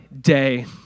day